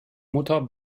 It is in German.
mutter